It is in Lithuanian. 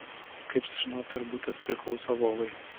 kaip sužinoti ar butas priklauso vovai